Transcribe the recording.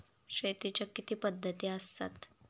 शेतीच्या किती पद्धती असतात?